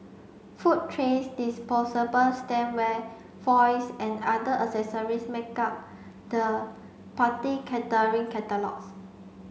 food trays disposable stemware foils and other accessories make up the party catering catalogues